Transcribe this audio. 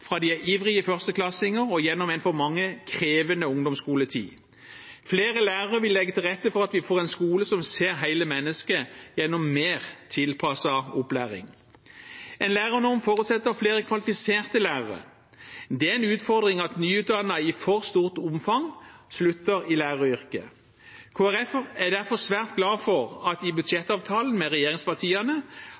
fra de er ivrige førsteklassinger og gjennom en for mange krevende ungdomsskoletid. Flere lærere vil legge til rette for at vi får en skole som ser hele mennesket, gjennom mer tilpasset opplæring. En lærernorm forutsetter flere kvalifiserte lærere. Det er en utfordring at nyutdannede i for stort omfang slutter i læreryrket. Kristelig Folkeparti er derfor svært glad for at en i budsjettavtalen med regjeringspartiene